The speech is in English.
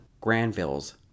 Granville's